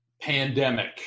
pandemic